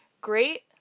great